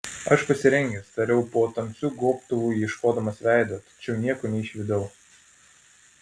aš pasirengęs tariau po tamsiu gobtuvu ieškodamas veido tačiau nieko neišvydau